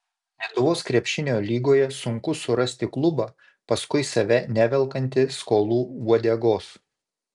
lietuvos krepšinio lygoje sunku surasti klubą paskui save nevelkantį skolų uodegos